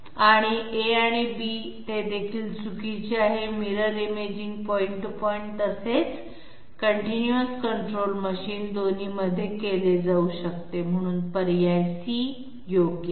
आणि a आणि b ते देखील चुकीचे आहेत mirror imaging point to point तसेच सतत नियंत्रण मशीन दोन्हीमध्ये केले जाऊ शकते म्हणून पर्याय c योग्य आहे